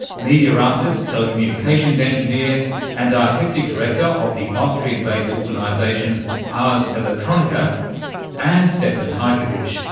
media artist, telecommunications engineer and artistic director of the austrian-based organisation ars electronica and stefan hajkowicz,